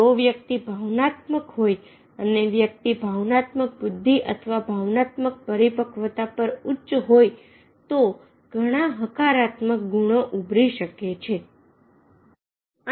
જો વ્યક્તિ ભાવનાત્મક હોય અને વ્યક્તિ ભાવનાત્મક બુદ્ધિ અથવા ભાવનાત્મક પરિપક્વતા પર ઉચ્ચ હોય તો ઘણા હકારાત્મક ગુણો ઉભરી શકે છે